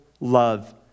love